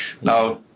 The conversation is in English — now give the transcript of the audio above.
Now